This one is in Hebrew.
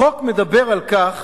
החוק מדבר על כך